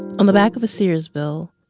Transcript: on the back of a sears bill,